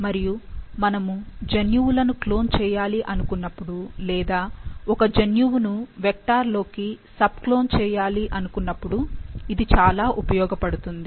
మరియు మనము జన్యువులను క్లోన్ చేయాలి అనుకున్నపుడు లేదా ఒక జన్యువును వెక్టార్ లోకి సబ్ క్లోన్ చేయాలి అనుకున్నపుడు ఇది చాలా ఉపయోగపడుతుంది